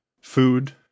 Food